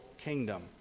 kingdom